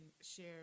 share